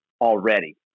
already